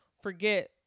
forget